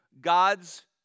God's